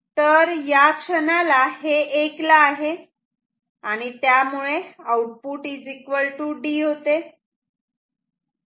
तर या क्षणाला हे 1 ला आहे आणि त्यामुळे आउटपुट D होते